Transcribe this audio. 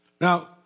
Now